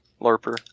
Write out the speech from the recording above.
LARPer